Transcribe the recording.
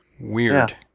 Weird